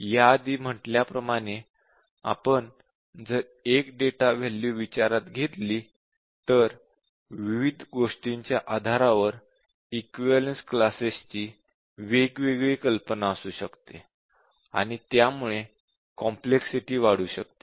याआधी म्हटल्याप्रमाणे आपण जर एक डेटा व्हॅल्यू विचारात घेतली तर विविध गोष्टीच्या आधारावर इक्विवलेन्स क्लासेस ची वेगवेगळी कल्पना असू शकते आणि त्यामुळे कॉम्प्लेक्सिटी वाढू शकते